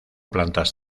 plantas